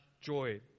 joy